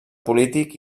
polític